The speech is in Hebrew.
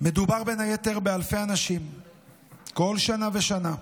מדובר בין היתר באלפי אנשים כל שנה ושנה,